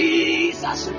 Jesus